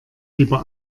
lieber